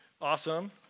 Awesome